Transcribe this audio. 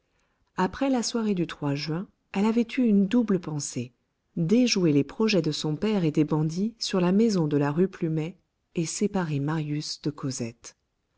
après la soirée du juin elle avait eu une double pensée déjouer les projets de son père et des bandits sur la maison de la rue plumet et séparer marius de cosette